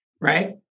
right